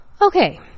Okay